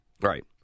Right